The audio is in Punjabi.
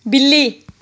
ਬਿੱਲੀ